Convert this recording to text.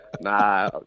Nah